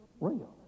real